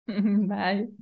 Bye